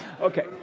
Okay